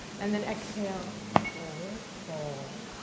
and then exhale, forward fold.